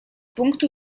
punktu